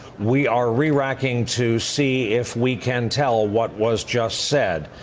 we are reracking to see if we can tell what was just said.